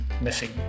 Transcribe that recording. missing